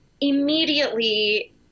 immediately